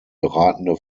beratende